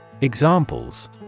Examples